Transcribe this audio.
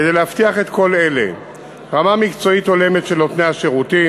כדי להבטיח את כל אלה: רמה מקצועית הולמת של נותני השירותים,